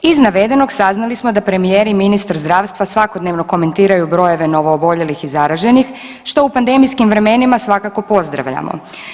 Iz navedenog saznali smo da premijer i ministar zdravstva svakodnevno komentiraju brojeve novooboljelih i zaraženih što u pandemijskim vremenima svakako pozdravljamo.